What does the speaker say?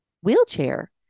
wheelchair